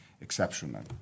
exceptional